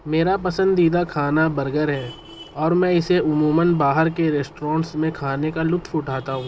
میرا پسندیدہ کھانا برگر ہے اور میں اسے عموماً باہر کے ریسٹرانس میں کھانے کا لطف اٹھاتا ہوں